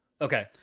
okay